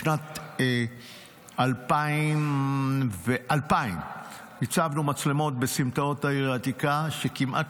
בשנת 2000 הצבנו מצלמות בסמטאות העיר העתיקה שכמעט